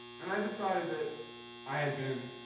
and i decided that i had been